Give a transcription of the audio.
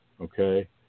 okay